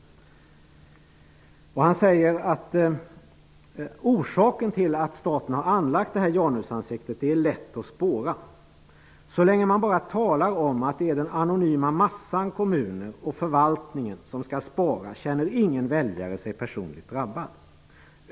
Han säger att orsaken till att staten har anlagt detta janusansikte är lätt att spåra. Så länge man bara talar om att det är den anonyma massan kommuner och förvaltningen som skall spara känner ingen väljare sig personligt drabbad.